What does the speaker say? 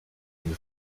une